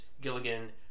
Gilligan